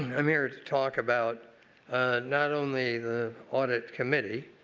i'm here to talk about not only the audit committee,